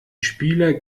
spieler